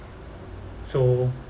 so